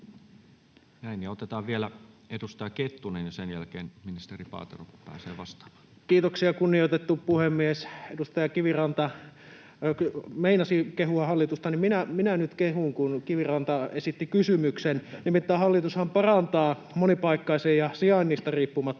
esitys eduskunnalle valtion talousarvioksi vuodelle 2022 Time: 19:14 Content: Kiitoksia, kunnioitettu puhemies! Edustaja Kiviranta meinasi kehua hallitusta, joten minä nyt kehun, kun Kiviranta esitti kysymyksen. Nimittäin hallitushan parantaa monipaikkaisen ja sijainnista riippumattoman